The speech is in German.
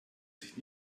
sich